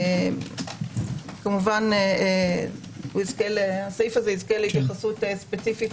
כמובן הסעיף הזה יזכה להתייחסות ספציפית,